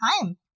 time